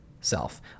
self